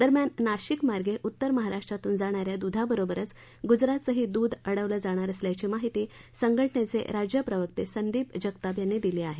दरम्यान नाशिकमार्गे उत्तर महाराष्ट्रातून जाणाऱ्या दुधाबरोबरच गुजरातचंही दूध अडवलं जाणार असल्याची माहिती संघटनेचे राज्य प्रवक्ते संदीप जगताप यांनी दिली आहे